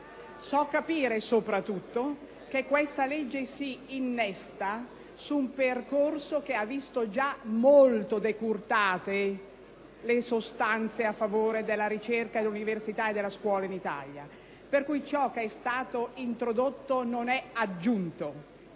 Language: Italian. So capire, soprattutto, che questa legge si innesta su un percorso che ha visto già molto decurtate le sostanze a favore della ricerca, dell'università e della scuola in Italia, per cui ciò che è stato introdotto non è aggiunto: